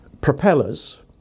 propellers